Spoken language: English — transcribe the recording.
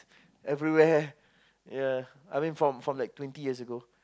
everywhere ya I mean from from like twenty years ago